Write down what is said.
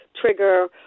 trigger